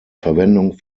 verwendung